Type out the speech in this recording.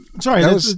Sorry